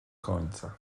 końca